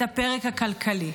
את הפרק הכלכלי.